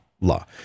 law